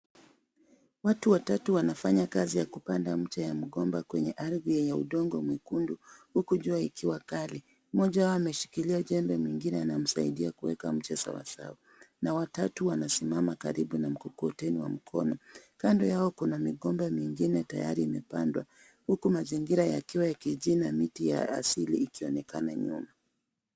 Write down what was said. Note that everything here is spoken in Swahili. Watu watatu wanafanyakazi ya kupanda mche ya mgomba kwenye ardhi yenye udongo mwekundu huku jua ikiwa kali, mmoja wao ameshikilia jembe mwingine anamsaidia kuweka mche sawasawa na watatu wanasimama karibu na mgongoteni wa mkono, kando yao kuna migombo mengine tayari imepandwa huku mazingira yakiwa kibichiu na miti ya kiasili ikionekana nyuma .